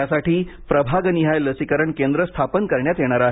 यासाठी प्रभागनिहाय लसीकरण केंद्र स्थापन करण्यात येणार आहेत